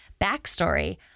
backstory